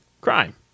crime